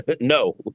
no